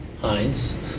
Heinz